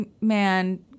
man